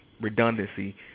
redundancy